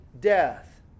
death